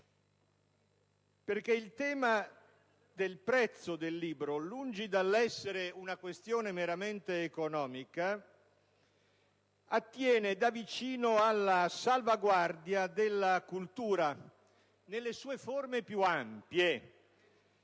cura. Il tema del prezzo del libro, infatti, lungi dall'essere una questione meramente economica, attiene da vicino alla salvaguardia della cultura nelle sue forme più ampie.